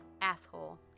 Asshole